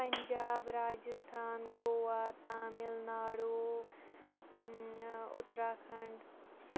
Punjab Rajasthan Goa Tamil Nadu Uttarakhand